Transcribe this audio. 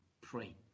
Pray